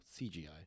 CGI